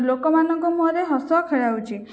ଲୋକମାନଙ୍କ ମୁହଁରେ ହସ ଖେଳାଉଛି